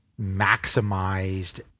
maximized